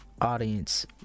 audience